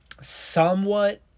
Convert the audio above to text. somewhat